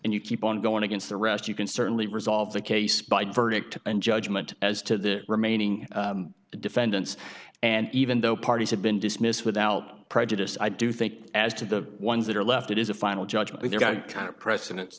and you keep on going against the rest you can certainly resolve the case by verdict and judgment as to the remaining defendants and even though parties have been dismissed without prejudice i do think as to the ones that are left it is a final judgment kind of precedents